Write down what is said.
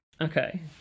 Okay